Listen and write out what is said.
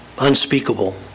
unspeakable